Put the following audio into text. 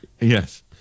Yes